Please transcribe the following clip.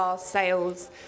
sales